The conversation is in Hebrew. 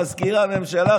מזכיר הממשלה,